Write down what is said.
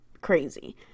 crazy